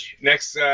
next